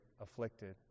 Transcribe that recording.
afflicted